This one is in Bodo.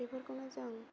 बेफोरखौनो जों